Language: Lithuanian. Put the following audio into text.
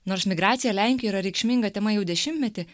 nors migracija lenkijoj yra reikšminga tema jau dešimtmetį